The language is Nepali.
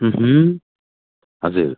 हजुर